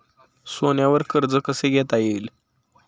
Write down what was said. सोन्यावर कर्ज कसे घेता येईल?